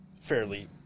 fairly